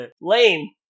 Lame